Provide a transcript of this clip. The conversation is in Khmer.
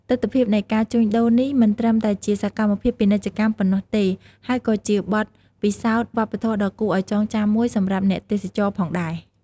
ទិដ្ឋភាពនៃការជួញដូរនេះ មិនត្រឹមតែជាសកម្មភាពពាណិជ្ជកម្មប៉ុណ្ណោះទេ ហើយក៏ជាបទពិសោធន៍វប្បធម៌ដ៏គួរឱ្យចងចាំមួយសម្រាប់អ្នកទេសចរណ៍ផងដែរ។